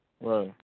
Right